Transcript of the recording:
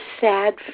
sad